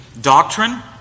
Doctrine